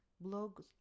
Blog